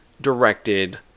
directed